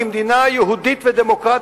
כמדינה יהודית ודמוקרטית,